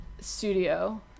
studio